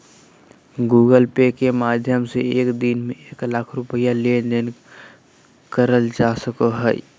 Google Pay के माध्यम से एक दिन में एक लाख रुपया के लेन देन करल जा सको हय